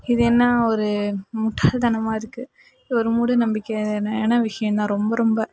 இது என்ன ஒரு முட்டாள் தனமாக இருக்கு ஒரு மூடநம்பிக்கையான விஷயம் தான் ரொம்ப ரொம்ப